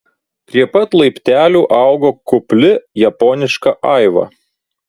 prie pat laiptelių augo kupli japoniška aiva